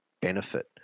benefit